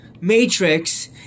matrix